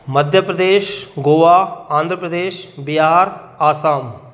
Madhya Pradesh Goa Andhra Pradesh Bihar Assam